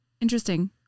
Interesting